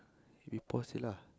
repost it lah